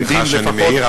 סליחה שאני מעיר,